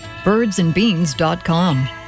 Birdsandbeans.com